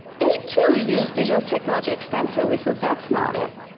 they too use digital technology extensively, so that's not it.